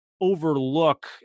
overlook